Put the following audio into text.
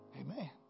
amen